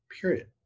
period